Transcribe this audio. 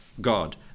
God